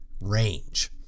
range